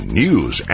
news